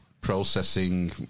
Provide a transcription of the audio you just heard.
processing